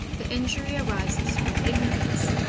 the injury arises from igno rance.